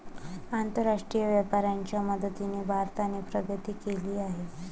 आंतरराष्ट्रीय व्यापाराच्या मदतीने भारताने प्रगती केली आहे